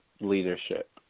leadership